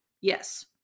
yes